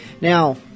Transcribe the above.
Now